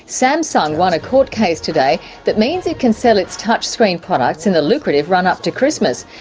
samsung won a court case today that means it can sell its touch screen products in the lucrative run-up to christmas.